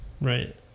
right